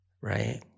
right